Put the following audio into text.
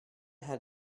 had